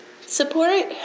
support